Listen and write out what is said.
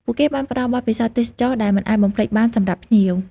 ពួកគេបានផ្តល់បទពិសោធន៍ទេសចរណ៍ដែលមិនអាចបំភ្លេចបានសម្រាប់ភ្ញៀវ។